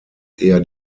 eher